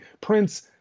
Prince